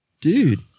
Dude